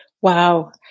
Wow